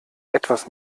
etwas